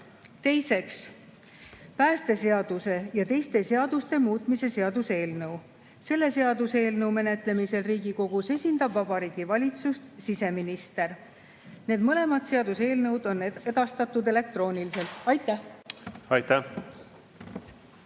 Teiseks, päästeseaduse ja teiste seaduste muutmise seaduse eelnõu. Selle seaduseelnõu menetlemisel Riigikogus esindab Vabariigi Valitsust siseminister. Need mõlemad seaduseelnõud on edastatud elektrooniliselt. Austatud